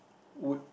would